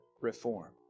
reform